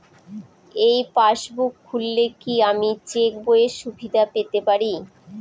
এই পাসবুক খুললে কি আমি চেকবইয়ের সুবিধা পেতে পারি?